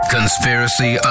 Conspiracy